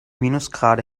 minusgrade